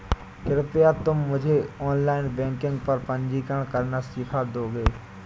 कृपया तुम मुझे ऑनलाइन बैंकिंग पर पंजीकरण करना सीख दोगे?